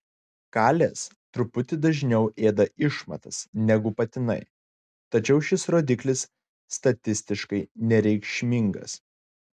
kalės truputį dažniau ėda išmatas negu patinai tačiau šis rodiklis statistiškai nereikšmingas